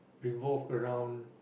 revolve around